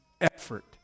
effort